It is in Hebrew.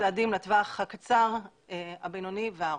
צעדים לטווח הקצר, הבינוני והארוך.